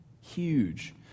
Huge